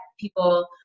people